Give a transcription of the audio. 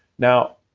now,